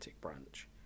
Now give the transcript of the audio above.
branch